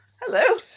hello